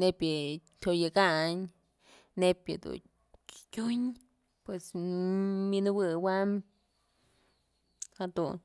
nebyë yë tyoyëkayn neyb yëdun tyun pues wi'injëwëwam jadun.